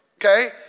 Okay